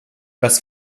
was